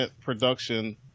production